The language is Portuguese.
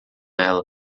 ela